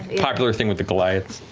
popular thing with the goliaths.